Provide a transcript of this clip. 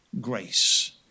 grace